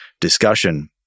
discussion